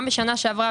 גם בשנה שעבה,